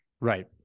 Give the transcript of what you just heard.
Right